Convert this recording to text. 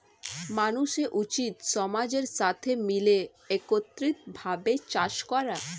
মানুষের উচিত সমাজের সাথে মিলে একত্রিত ভাবে চাষ করা